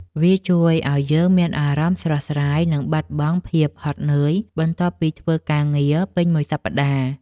វាជួយឱ្យយើងមានអារម្មណ៍ស្រស់ស្រាយ និងបាត់បង់ភាពហត់នឿយបន្ទាប់ពីធ្វើការងារពេញមួយសប្តាហ៍។